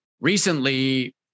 Recently